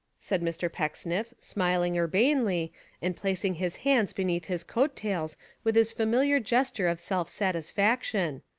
said mr. pecksniff, smiling ur banely and placing his hands beneath his coat tails with his familiar gesture of self-satisfac tion,